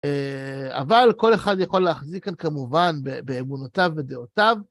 אבל כל אחד יכול להחזיק כאן כמובן באמונותיו ובדעותיו.